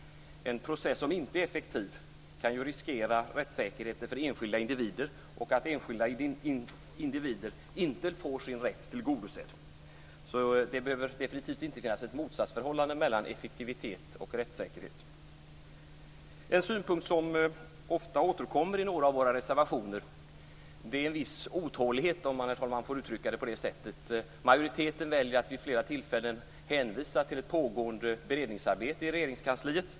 En process som inte är effektiv kan riskera rättssäkerheten för enskilda individer och att enskilda individer inte får sin rätt tillgodosedd. Det behöver definitivt inte finnas ett motsatsförhållande mellan effektivitet och rättssäkerhet. En synpunkt som ofta återkommer i några av våra reservationer är en viss otålighet, om man får uttrycka det på det sättet. Majoriteten väljer att vid flera tillfällen hänvisa till ett pågående beredningsarbete i Regeringskansliet.